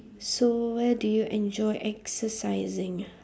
so where do you enjoy exercising